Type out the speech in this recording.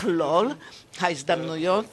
מכלול ההזדמנויות